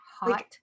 hot